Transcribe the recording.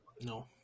no